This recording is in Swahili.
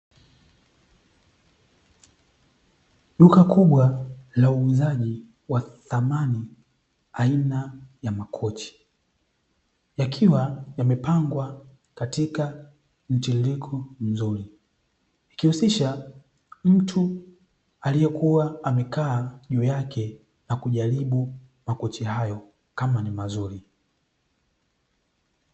Duka kubwa la uuzaji wa samani, aina ya makochi yakiwa yamepangwa katika mtiririko mzuri ikihusisha mtu aliyekuwa amekaa juu yake nakujaribu makochi hayo kama ni mazuri.